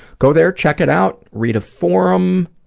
go there, check it out, read a forum,